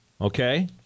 Okay